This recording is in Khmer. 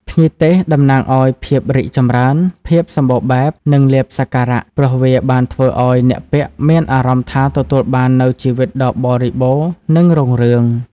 ភ្ញីទេសតំណាងឱ្យ ភាពរីកចម្រើន ភាពសំបូរបែប និងលាភសក្ការៈ ព្រោះវាបានធ្វើឱ្យអ្នកពាក់មានអារម្មណ៍ថាទទួលបាននូវជីវិតដ៏បរិបូរណ៍ និងរុងរឿង។